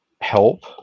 help